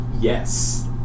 Yes